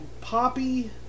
poppy